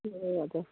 ए हजुर